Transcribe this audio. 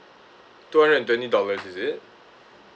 two hundred and twenty dollar is it